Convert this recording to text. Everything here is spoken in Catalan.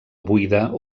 buida